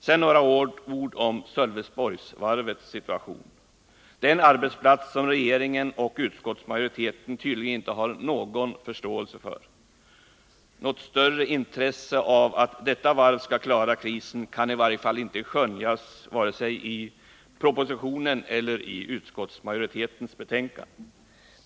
Så några ord om Sölvesborgsvarvets situation; Det är en arbetsplats som regeringen och utskottsmajoriteten tydligen inte har någon förståelse för. Något större intresse för att detta varv skall klara krisen kan i varje fall inte skönjas — vare sig i propositionen eller i utskottsbetänkandet.